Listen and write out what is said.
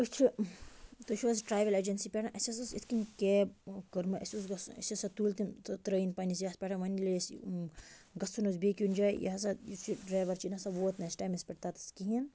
أسۍ چھِ تُہۍ چھِو حظ ٹَرٕول ایٚجنسی پٮ۪ٹھ اَسہِ حظ اوس اِتھ کٔنۍ کیب کٔرمہٕ اَسہِ اوس گَژھُن اَسہِ ہَسا تُلۍ تٔم ترٲیِنۍ پَننس یَتھ پٮ۪ٹھ وَنہِ ییٛلہِ أسۍ گژھُن اوس بیٚیہِ کُنہِ جایہِ یہِ ہَسا یہِ چھُ ڈریور چھُ یہِ نَسا ووت اَسہِ ٹایمس پٮ۪ٹھ تَتس کِہیٖنۍ